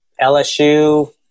LSU